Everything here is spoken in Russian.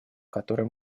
которые